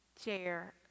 share